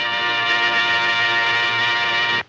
and